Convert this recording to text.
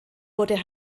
wurde